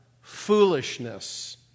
foolishness